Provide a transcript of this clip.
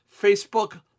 Facebook